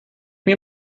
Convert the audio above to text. mir